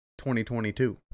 2022